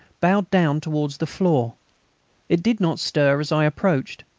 bowed down towards the floor it did not stir as i approached.